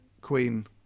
Queen